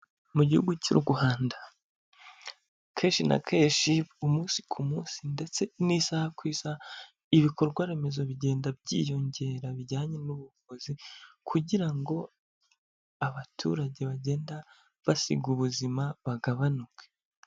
Mu gihugu cy'u Rwanda kenshi na kenshi, umunsi ku munsi ndetse n'isaha ku isha, ibikorwaremezo bigenda byiyongera bijyanye n'ubuvuzi kugira ngo abaturage bagenda basiga ubuzima bagabanuke.